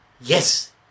Yes